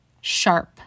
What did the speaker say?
sharp